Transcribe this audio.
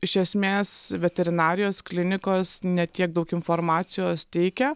iš esmės veterinarijos klinikos ne tiek daug informacijos teikia